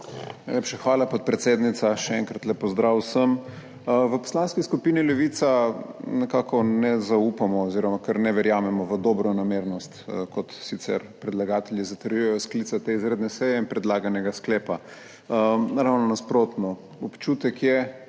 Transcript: hvala, podpredsednica. Še enkrat lep pozdrav vsem! V Poslanski skupini Levica nekako ne zaupamo oziroma ne verjamemo v dobronamernost, kot sicer predlagatelji zatrjujejo, sklica te izredne seje in predlaganega sklepa. Ravno nasprotno. Občutek je